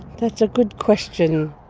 that's a good question.